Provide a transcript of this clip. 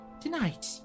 tonight